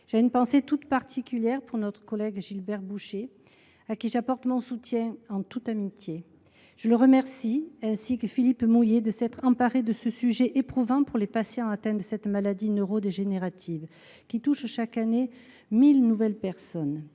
J’ai une pensée toute particulière pour notre collègue Gilbert Bouchet, à qui j’apporte mon soutien en toute amitié. Je les remercie, lui et Philippe Mouiller, de s’être emparés de ce sujet éprouvant pour les patients atteints de cette maladie neurodégénérative, qui touche chaque année 1 000 nouvelles personnes.